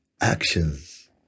actions